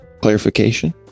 Clarification